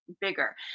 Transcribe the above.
bigger